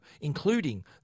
including